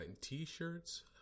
t-shirts